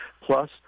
plus